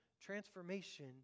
transformation